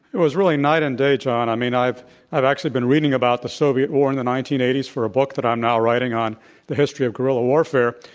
it was really night and day, john. i mean, i've i've actually been reading about the soviet war in the nineteen eighty s for a book that i'm now writing on the history of guerilla warfare,